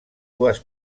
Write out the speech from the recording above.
dues